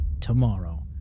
tomorrow